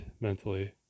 mentally